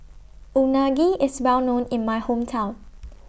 Unagi IS Well known in My Hometown